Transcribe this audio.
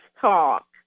talk